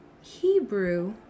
Hebrew